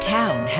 town